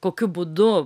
kokiu būdu